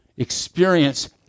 Experience